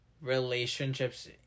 relationships